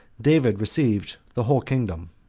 david received the whole kingdom.